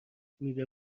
میوه